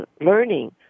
learning